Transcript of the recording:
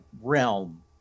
realm